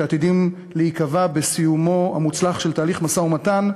שעתידים להיקבע בסיומו המוצלח של תהליך משא-ומתן,